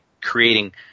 creating